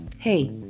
hey